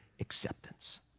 acceptance